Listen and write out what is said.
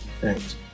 Thanks